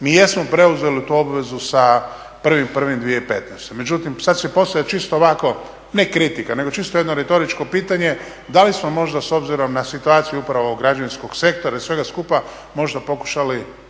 mi jesmo preuzeli tu obvezu sa 1.1.2015.,međutim sada se postavlja čisto ovako ne kritika nego čisto jedno retoričko pitanje da li smo možda s obzirom na situaciju upravo ovog građevinskog sektora i svega skupa možda